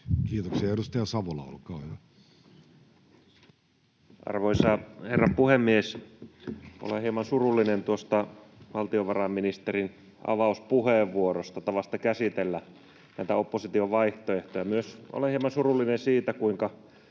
Time: 16:16 Content: Arvoisa herra puhemies! Olen hieman surullinen tuosta valtiovarainministerin avauspuheenvuorosta, tavasta käsitellä näitä opposition vaihtoehtoja. Olen hieman surullinen myös siitä, kuinka